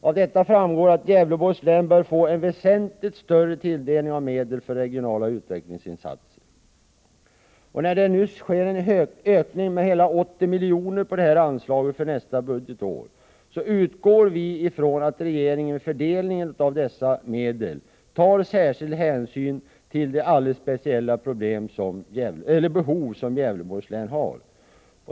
Av detta framgår att Gävleborgs län bör få en väsentligt större tilldelning När det nu sker en ökning med hela 80 miljoner på det här anslaget för nästa budgetår, utgår vi ifrån att regeringen vid fördelningen av dessa medel tar särskild hänsyn till de alldeles speciella behov som Gävleborgs län har.